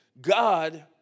God